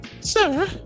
Sir